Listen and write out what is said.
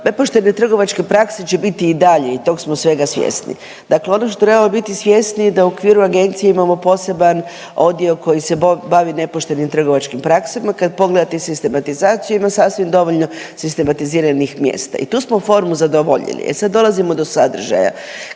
nepoštene trgovačke prakse će biti i dalje i tog smo svega svjesni. Dakle, ono što trebamo biti svjesni je da u okviru agencije imamo poseban odio koji se bavi nepoštenim trgovačkim praksama, kad pogledate i sistematizaciju ima sasvim dovoljno sistematiziranih mjesta i tu smo formu zadovoljili. E sad dolazimo do sadržaja,